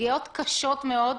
פגיעות קשות מאוד.